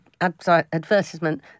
advertisement